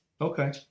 Okay